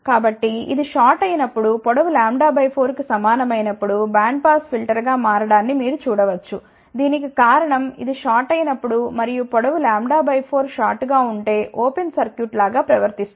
కాబట్టి ఇది షార్ట్ అయినప్పుడు పొడవు λ 4 కు సమానమైనప్పుడు బ్యాండ్ పాస్ ఫిల్టర్గా మారడాన్ని మీరు చూడ వచ్చు దీనికి కారణం ఇది షార్ట్ అయినప్పుడు మరియు పొడవు λ 4 షార్ట్ గా ఉంటే ఓపెన్ సర్క్యూట్ లాగా ప్రవర్తిస్తుంది